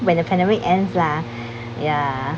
when the pandemic ends lah ya